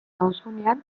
nauzunean